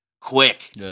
quick